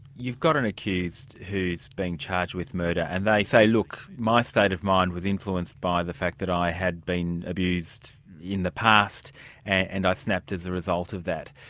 you've got an accused who's been charged with murder and they say, look. my state of mind was influenced by the fact that i had been abused in the past and i snapped as a result of that.